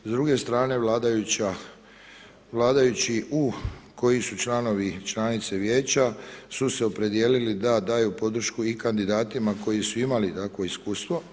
S druge strane vladajući koji su članovi i članice Vijeća su se opredijelili da daju podršku i kandidatima koji su imali takvo iskustvo.